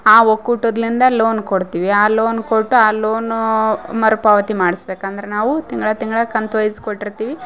ಆ ಒಕ್ಕೂಟದ್ಲಿಂದ ಲೋನ್ ಕೊಡ್ತೀವಿ ಆ ಲೋನ್ ಕೊಟ್ಟು ಆ ಲೋನೂ ಮರುಪಾವತಿ ಮಾಡಿಸ್ಬೇಕಂದ್ರ ನಾವು ತಿಂಗಳ ತಿಂಗಳ ಕಂತು ವೈಸ್ ಕೊಟ್ಟಿರ್ತೀವಿ